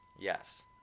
Yes